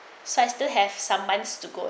so I still have some months to go